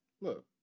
look